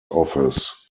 office